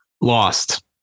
Lost